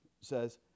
says